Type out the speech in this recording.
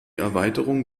erweiterung